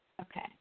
Okay